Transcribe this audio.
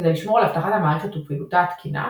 כדי לשמור על אבטחת המערכת ופעילותה התקינה,